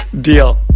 deal